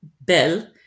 Bell